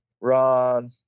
Ron